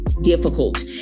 difficult